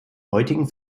heutigen